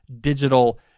Digital